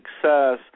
success